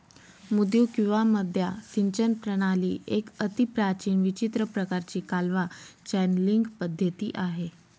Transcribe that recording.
मुद्दू किंवा मद्दा सिंचन प्रणाली एक अतिप्राचीन विचित्र प्रकाराची कालवा चॅनलींग पद्धती आहे